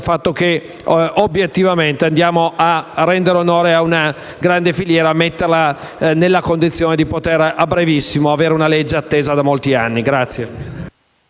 fatto che, obiettivamente, andiamo a rendere onore a una grande filiera e a metterla nella condizione di poter, a brevissimo, avere una legge attesa da molti anni.